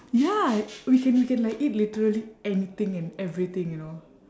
ya we can we can like eat literally anything and everything you know